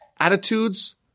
attitudes